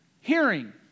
hearing